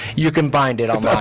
you can find it online.